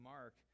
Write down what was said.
Mark